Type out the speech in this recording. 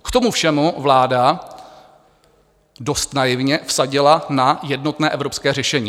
K tomu všemu vláda dost naivně vsadila na jednotné evropské řešení.